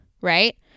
right